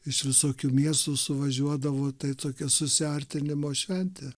iš visokių miestų suvažiuodavo tai tokia susiartinimo šventė